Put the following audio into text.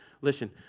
Listen